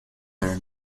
there